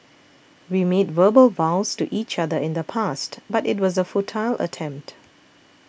we made verbal vows to each other in the past but it was a futile attempt